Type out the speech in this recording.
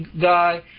guy